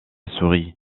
souris